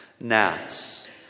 gnats